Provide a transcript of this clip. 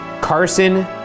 Carson